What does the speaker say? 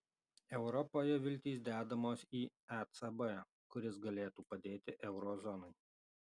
europoje viltys dedamos į ecb kuris galėtų padėti euro zonai